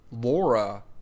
laura